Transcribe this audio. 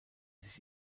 sich